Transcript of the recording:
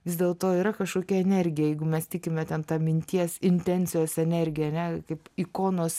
vis dėlto yra kažkokia energija jeigu mes tikime ten ta minties intencijos energija ane kaip ikonos